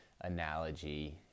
analogy